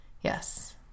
yes